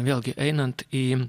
vėlgi einant į